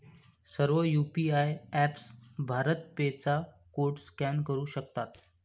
सर्व UPI apps BharatPe चा code scan करू शकतात